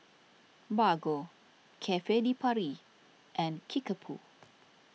Bargo Cafe De Paris and Kickapoo